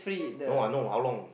no I know how long